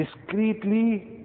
discreetly